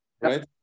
right